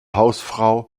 hausfrau